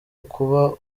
ukuba